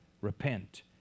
repent